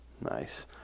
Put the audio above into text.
nice